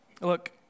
Look